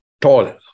tall